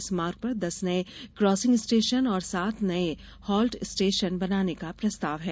इस मार्ग पर दस नए क्रॉसिंग स्टेशन और सात नए हाल्ट स्टेशन बनाने का प्रस्ताव है